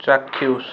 ଚାକ୍ଷୁଷ